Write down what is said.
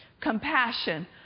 Compassion